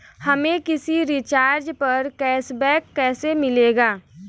हमें किसी रिचार्ज पर कैशबैक कैसे मिलेगा?